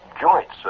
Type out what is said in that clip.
joints